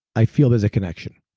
i feel there's a connection.